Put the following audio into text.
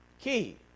Key